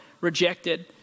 rejected